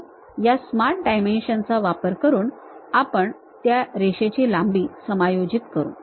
तर या Smart Dimension चा वापर करून आपण त्या रेषेची लांबी समायोजित करू